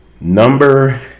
Number